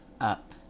up